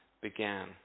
began